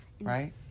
right